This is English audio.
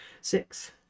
Six